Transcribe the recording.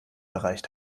erreicht